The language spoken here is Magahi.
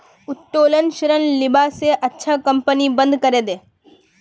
उत्तोलन ऋण लीबा स अच्छा कंपनी बंद करे दे